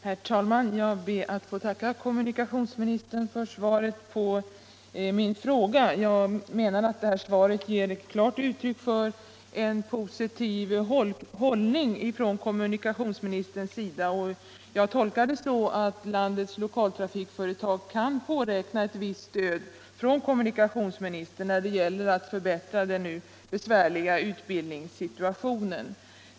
Herr talman! Jag ber att få tacka kommunikationsministern för svaret på min fråga. Det ger klart uttryck för en positiv hållning från kommunikationsministerns sida. Jag tolkar svaret så att landets lokaltrafikföretag kan påräkna = ett visst stöd från kommunikationsministern = när det gäller att förbättra den nuvarande besvärliga utbildningssituationen.